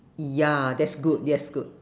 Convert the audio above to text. ya that's good that's good